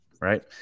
Right